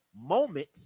moment